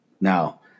Now